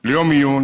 ליום עיון,